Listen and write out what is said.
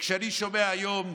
וכשאני שומע היום,